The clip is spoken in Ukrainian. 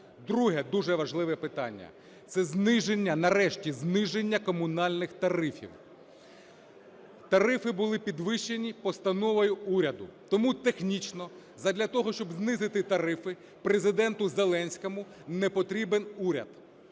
Друге, дуже важливе, питання – це зниження, нарешті зниження комунальних тарифів. Тарифи були підвищені постановою уряду. Тому технічно задля того, щоб знизити тарифи, Президенту Зеленському не потрібен уряд